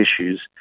issues